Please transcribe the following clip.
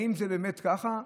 האם זה באמת ככה,